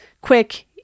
quick